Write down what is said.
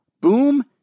Boom